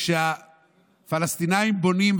כשהפלסטינים בונים,